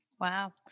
Wow